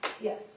Yes